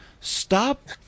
Stop